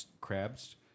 crabs